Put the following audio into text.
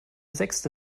sechste